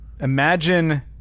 Imagine